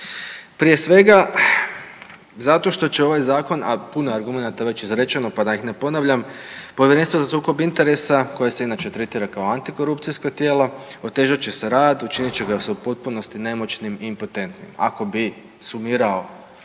Prije svega, zato što će ovaj Zakon, a puno je argumenata već izrečeno, pa da ih ne ponavljam, Povjerenstvo za sukob interesa koje se inače tretira kao antikorupcijsko tijelo, otežat će se rad, učinit će ga se u potpunosti nemoćnim i impotentnim, ako bi sumirao